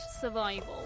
survival